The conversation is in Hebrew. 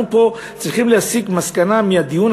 אנחנו פה צריכים להסיק מסקנה מהדיון